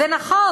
זה נכון.